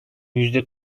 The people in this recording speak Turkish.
yüzde